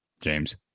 James